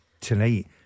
Tonight